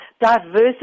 diversity